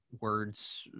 words